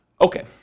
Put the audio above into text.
Okay